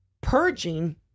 purging